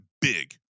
big